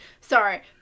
sorry